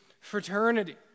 fraternity